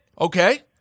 Okay